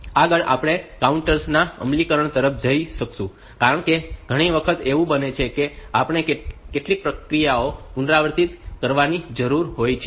આગળ આપણે કાઉન્ટર્સ ના અમલીકરણ તરફ જઈશું કારણ કે ઘણી વખત એવું બને છે કે આપણે કેટલીક ક્રિયાઓ પુનરાવર્તિત કરવાની જરૂર હોય છે